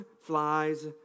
flies